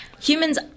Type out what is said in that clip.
humans